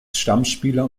stammspieler